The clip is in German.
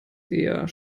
eher